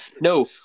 No